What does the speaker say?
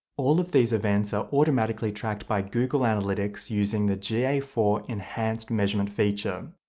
all of these events are automatically tracked by google analytics using the g a four enhanced measurement feature.